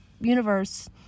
universe